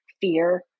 fear